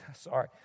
sorry